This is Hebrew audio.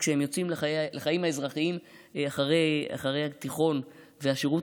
שכשהם יצאו לחיים האזרחיים אחרי התיכון והשירות